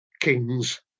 kings